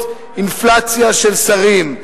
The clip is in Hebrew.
אינפלציה של שרים".